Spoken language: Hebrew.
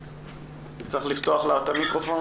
שלום.